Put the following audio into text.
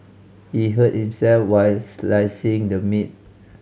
he hurt himself while slicing the meat